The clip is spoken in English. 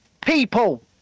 people